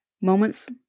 moments